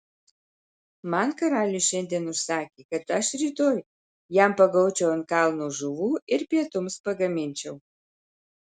man karalius šiandien užsakė kad aš rytoj jam pagaučiau ant kalno žuvų ir pietums pagaminčiau